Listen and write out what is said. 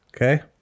Okay